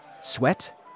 Sweat